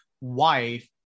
wife